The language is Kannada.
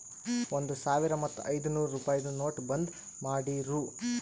ಒಂದ್ ಸಾವಿರ ಮತ್ತ ಐಯ್ದನೂರ್ ರುಪಾಯಿದು ನೋಟ್ ಬಂದ್ ಮಾಡಿರೂ